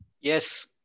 Yes